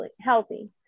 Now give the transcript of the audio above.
healthy